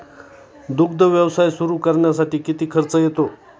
दुग्ध व्यवसाय सुरू करण्यासाठी किती खर्च येतो?